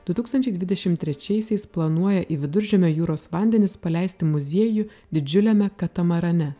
du tūkstančiai dvidešim trečiaisiais planuoja į viduržemio jūros vandenis paleisti muziejų didžiuliame katamarane